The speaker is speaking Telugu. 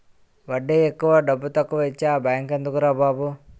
వడ్డీ ఎక్కువ డబ్బుతక్కువా ఇచ్చే ఆ బేంకెందుకురా బాబు